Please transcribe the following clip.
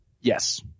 Yes